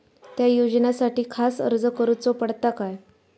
त्या योजनासाठी खास अर्ज करूचो पडता काय?